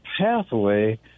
pathway